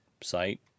site